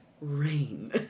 Rain